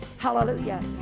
Hallelujah